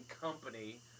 Company